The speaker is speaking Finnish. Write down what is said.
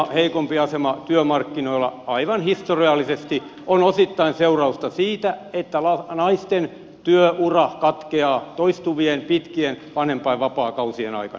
naisten heikompi asema työmarkkinoilla aivan historiallisesti on osittain seurausta siitä että naisten työura katkeaa toistuvien pitkien vanhempainvapaakausien aikana